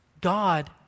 God